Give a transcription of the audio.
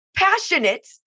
passionate